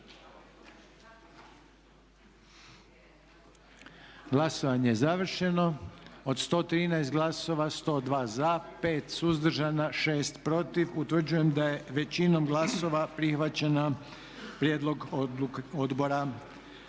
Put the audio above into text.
Glasovanje je završeno. 99 glasova za, 16 suzdržanih, 1 protiv. Utvrđujem da je većinom glasova donesen predloženi